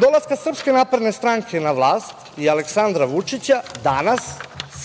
dolaska SNS na vlast i Aleksandra Vučića danas,